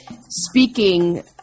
speaking